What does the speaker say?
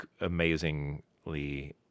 amazingly